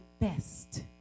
best